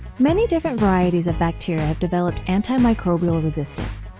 many different varieties of bacteria have developed antimicrobial resistance,